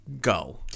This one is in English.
go